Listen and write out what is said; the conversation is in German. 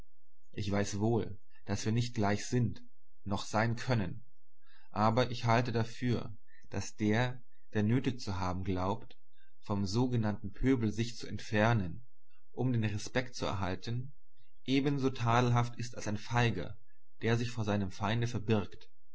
ich weiß wohl daß wir nicht gleich sind noch sein können aber ich halte dafür daß der der nötig zu haben glaubt vom so genannten pöbel sich zu entfernen um den respekt zu erhalten ebenso tadelhaft ist als ein feiger der sich vor seinem feinde verbirgt